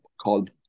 called